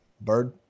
Bird